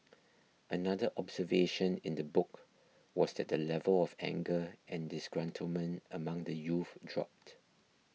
another observation in the book was that the level of anger and disgruntlement among the youth dropped